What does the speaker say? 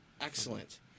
Excellent